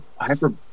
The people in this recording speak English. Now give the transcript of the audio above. hyper